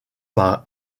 par